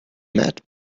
met